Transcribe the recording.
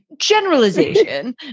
Generalization